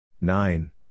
Nine